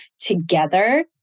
together